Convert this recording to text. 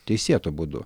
teisėtu būdu